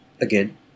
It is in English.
again